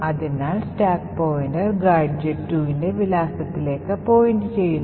അതിനാൽ stack pointer gadget 2ന്റെ വിലാസത്തിലേക്ക് point ചെയ്യുന്നു